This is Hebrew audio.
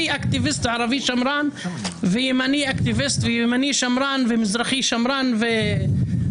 מעבר ליכולת המקצועית והמצוינות המשפטית שהוא אמור להגיע איתה,